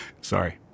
sorry